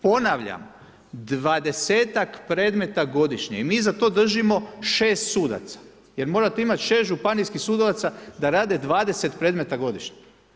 Ponavljam, 20-tak predmeta godišnje i mi za to držimo 6 sudaca, jer morate imate 6 županijskih sudaca da rade 20 predmeta godišnje.